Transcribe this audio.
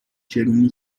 چرونی